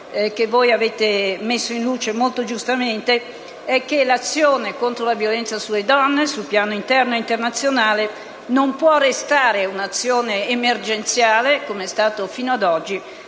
che avete messo in luce molto giustamente è che l'azione contro la violenza sulle donne, sul piano interno ed internazionale, non può restare un'azione emergenziale - come è stato fino ad oggi